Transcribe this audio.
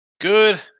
good